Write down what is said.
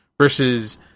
versus